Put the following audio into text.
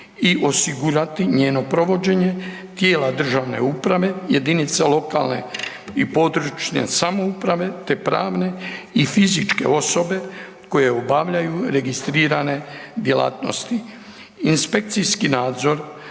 i osigurati njeno provođenje tijela državne uprave, jedinice lokalne i područne samouprave te pravne i fizičke osobe koje obavljaju registrirane djelatnosti.